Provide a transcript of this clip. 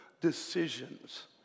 decisions